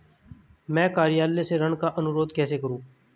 मैं कार्यालय से ऋण का अनुरोध कैसे करूँ?